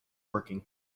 working